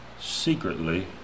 secretly